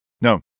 No